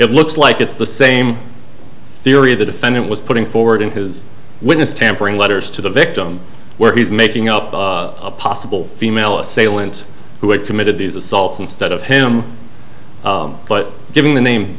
it looks like it's the same theory the defendant was putting forward in his witness tampering letters to the victim where he's making up a possible female assailant who had committed these assaults instead of him but giving the name